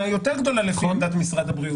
היא יותר גדולה לפי עמדת משרד הבריאות,